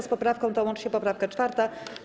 Z poprawką tą łączy się poprawka 4.